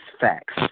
facts